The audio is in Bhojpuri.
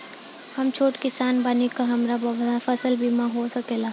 हम छोट किसान बानी का हमरा फसल बीमा हो सकेला?